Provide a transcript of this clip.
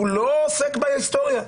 הוא לא עוסק בהיסטוריה.